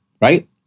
Right